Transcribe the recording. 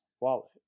wallet